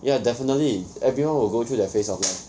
ya definitely everyone will go through that phase